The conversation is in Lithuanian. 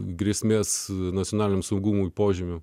grėsmės nacionaliniam saugumui požymių